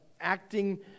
acting